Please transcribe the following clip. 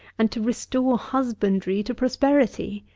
and to restore husbandry to prosperity.